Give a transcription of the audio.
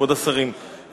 כבוד השרים,